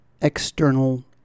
external